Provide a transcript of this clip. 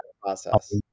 process